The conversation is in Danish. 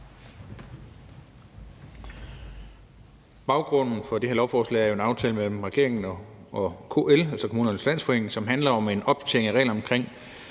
Baggrunden for det her lovforslag er jo en aftale mellem regeringen og Kommunernes Landsforening, som handler om en opdatering af reglerne omkring